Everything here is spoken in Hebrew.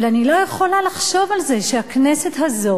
אבל אני לא יכולה לחשוב על זה שהכנסת הזאת,